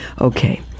Okay